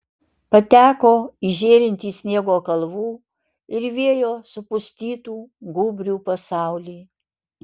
pateko į žėrintį sniego kalvų ir vėjo supustytų gūbrių pasaulį